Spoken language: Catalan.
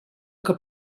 que